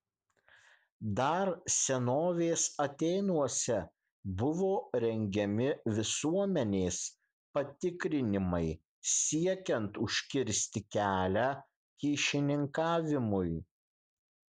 dar senovės atėnuose buvo rengiami visuomenės patikrinimai siekiant užkirsti kelią kyšininkavimui